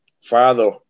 father